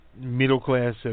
middle-class